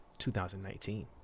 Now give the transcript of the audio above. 2019